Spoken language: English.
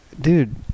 dude